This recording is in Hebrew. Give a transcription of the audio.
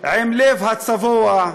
לב הצבוע,